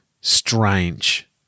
Strange